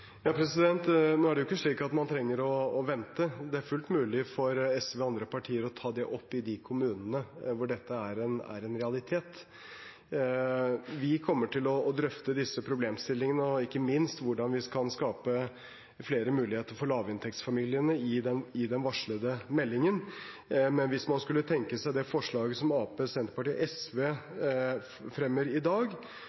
Nå er det jo ikke slik at man trenger å vente. Det er fullt mulig for SV og andre partier å ta det opp i de kommunene hvor dette er en realitet. Vi kommer til å drøfte disse problemstillingene, ikke minst hvordan vi kan skape flere muligheter for lavinntektsfamiliene, i den varslede meldingen. Men hvis man skulle tenke seg det forslaget som Arbeiderpartiet, Senterpartiet og SV